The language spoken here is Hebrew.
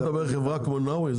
אתה מדבר על חברה כמו נאווי?